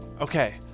Okay